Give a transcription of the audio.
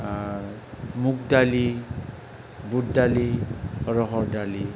मुग दालि बुद दालि रहर दालि